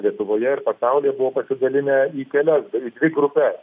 lietuvoje ir pasaulyje buvo pasidalinę į kelias į dvi grupes